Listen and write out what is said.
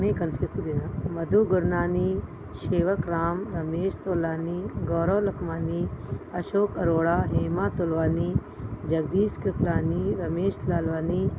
Madhu Gurnani Shewak Ram Ramesh Tolani Gaurav Lakhmani Ashok Arora Hema Tulwani Jagdish Kripalani Ramesh Lalwani